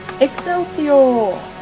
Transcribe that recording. Excelsior